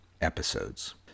episodes